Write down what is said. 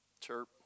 chirp